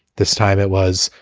this time it was.